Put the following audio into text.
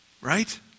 Right